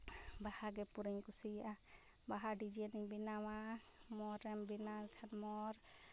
ᱵᱟᱦᱟᱜᱮ ᱯᱩᱨᱟᱹᱧ ᱠᱩᱥᱤᱭᱟᱜᱼᱟ ᱵᱟᱦᱟ ᱰᱤᱡᱟᱭᱤᱱᱤᱧ ᱵᱮᱱᱟᱣᱟ ᱢᱚᱨᱮᱢ ᱵᱮᱱᱟᱣ ᱞᱮᱠᱷᱟᱱ ᱢᱚᱨ